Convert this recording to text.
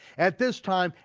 at this time,